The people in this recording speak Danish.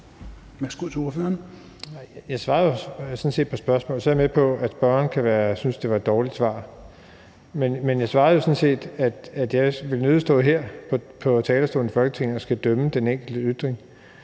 (S): Jeg svarede jo sådan set på spørgsmålet, men så er jeg med på, at spørgeren kan synes, det var et dårligt svar, men jeg svarede sådan set, at jeg nødig vil stå her på talerstolen i Folketinget og skulle dømme den enkelte ytring.